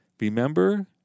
remember